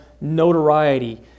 notoriety